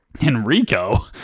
Enrico